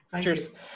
Cheers